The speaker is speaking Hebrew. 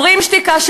"שוברים שתיקה",